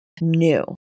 new